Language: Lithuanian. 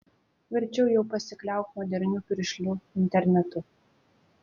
verčiau jau pasikliauk moderniu piršliu internetu